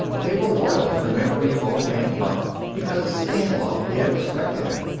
they were loyal to the memory of old man buck, because they had loved and respected him.